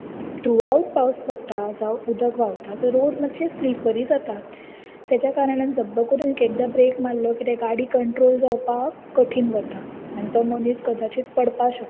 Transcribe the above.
throughout पावस पडटा जावं उदक व्हांवता सो रोड मातशे स्लिपरी जातात तेज्या कारणान झप्प करून एक एकदां ब्रॅक मारलो कितें गाडी कंट्रोल जावपाक कठीण जाता आनी तो मनीस कदाचीत पडपाक शकता